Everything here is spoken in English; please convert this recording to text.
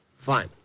Fine